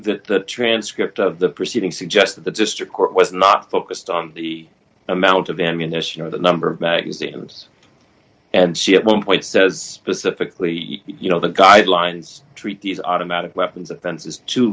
you the transcript of the proceeding suggests that the district court was not focused on the amount of ammunition or the number of magazines and she at one point says pacifically you know the guidelines treat these automatic weapons offenses too